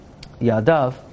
Ya'dav